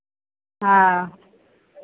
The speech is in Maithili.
हँ